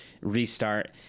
restart